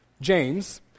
James